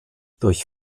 durch